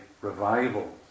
revival